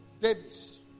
Davis